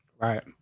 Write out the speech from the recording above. Right